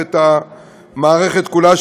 ואת המערכת כולה,